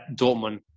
Dortmund